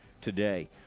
today